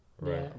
Right